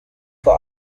vor